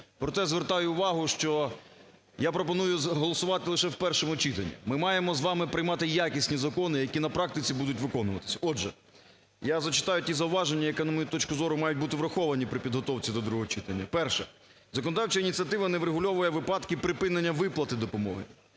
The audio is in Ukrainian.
Проте звертаю увагу, що я пропоную голосувати лише в першому читанні. Ми маємо з вами приймати якісні закони, які на практиці будуть виконуватися. Отже, я зачитаю ті зауваження, які, на мою точку зору, мають бути враховані при підготовці до другого читання. Перше. Законодавча ініціатива не врегульовує випадки припинення виплати допомоги.